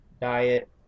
diet